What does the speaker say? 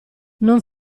non